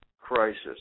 crisis